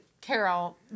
Carol